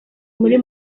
muri